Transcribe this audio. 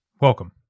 Welcome